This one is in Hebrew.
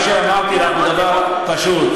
מה שאמרתי לך זה דבר פשוט,